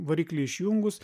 variklį išjungus